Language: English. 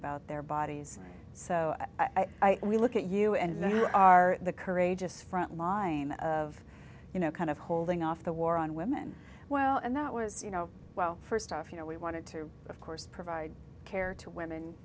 about their bodies so i we look at you and then we are the courageous frontline of you know kind of holding off the war on women well and that was you know well first off you know we wanted to of course provide care to women